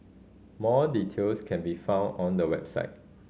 more details can be found on the website